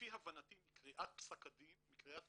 לפי הבנתי מקריאת פסק הדין,